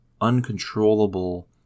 uncontrollable